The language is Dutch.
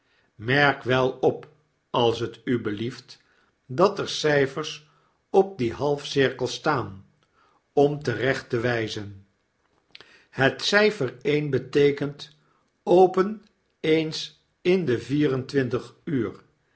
merk wel op als t u blieft dat er cyfers op dien half-cirkel staan om terecht te wyzen het cyfer i beteekent open eens in de vier en twintiguur het